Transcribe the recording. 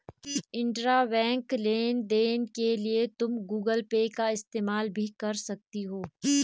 intrabank लेन देन के लिए तुम गूगल पे का इस्तेमाल भी कर सकती हो